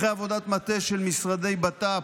אחרי עבודת מטה של משרדי הבט"פ,